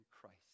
Christ